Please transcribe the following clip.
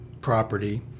property